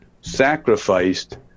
sacrificed